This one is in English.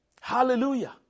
Hallelujah